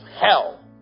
hell